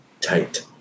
Tight